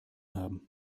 haben